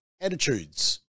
attitudes